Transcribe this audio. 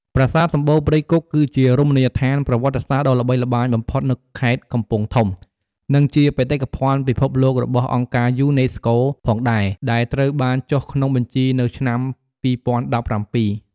ប្រាសាទសំបូរព្រៃគុក គឺជារមណីយដ្ឋានប្រវត្តិសាស្ត្រដ៏ល្បីល្បាញបំផុតនៅខេត្តកំពង់ធំ និងជាបេតិកភណ្ឌពិភពលោករបស់អង្គការយូណេស្កូផងដែរដែលត្រូវបានចុះក្នុងបញ្ជីនៅឆ្នាំ ២០១៧។